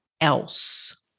else